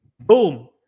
Boom